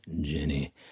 jenny